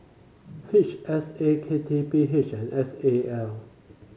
H S A K T P H and S A L